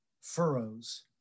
furrows